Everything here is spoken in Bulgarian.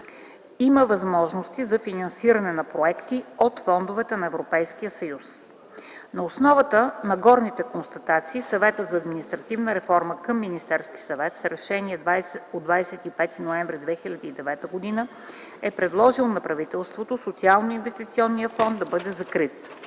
има възможности за финансиране на проекти от фондовете на Европейския съюз. На основата на горните констатации Съветът за административна реформа към Министерския съвет с Решение от 25 ноември 2009 г. е предложил на правителството Социалноинвестиционния фонд да бъде закрит.